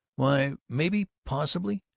why, maybe, possibly,